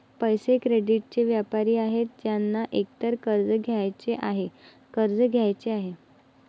पैसे, क्रेडिटचे व्यापारी आहेत ज्यांना एकतर कर्ज घ्यायचे आहे, कर्ज द्यायचे आहे